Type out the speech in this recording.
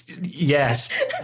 Yes